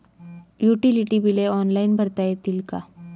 Utility बिले online भरता येतील का?